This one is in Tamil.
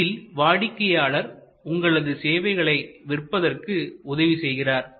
இதில் வாடிக்கையாளர் உங்களது சேவைகளை விற்பதற்கு உதவி செய்கிறார்